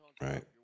Right